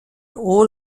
all